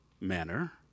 manner